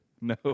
no